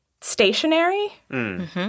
stationary